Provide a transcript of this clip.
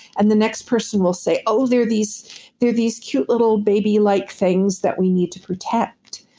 and the next person will say, oh, they're these they're these cute little baby-like things that we need to protect.